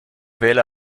wähler